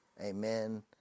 amen